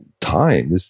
time